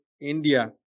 India